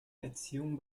erziehung